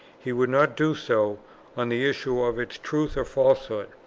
he would not do so on the issue of its truth or falsehood,